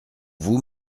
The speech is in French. vous